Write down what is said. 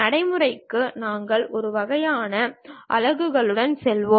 நடைமுறைக்கு நாங்கள் ஒரு வகையான அலகுகளுடன் செல்வோம்